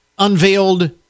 unveiled